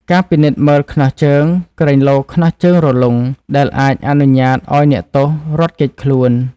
ការពិនិត្យមើលខ្នោះជើង ក្រែងលោខ្នោះជើងរលុង ដែលអាចអនុញ្ញាតឱ្យអ្នកទោសរត់គេចខ្លួន។